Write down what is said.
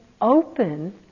open